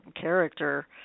character